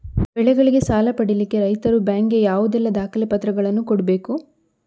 ಬೆಳೆಗಳಿಗೆ ಸಾಲ ಪಡಿಲಿಕ್ಕೆ ರೈತರು ಬ್ಯಾಂಕ್ ಗೆ ಯಾವುದೆಲ್ಲ ದಾಖಲೆಪತ್ರಗಳನ್ನು ಕೊಡ್ಬೇಕು?